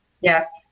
yes